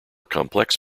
complex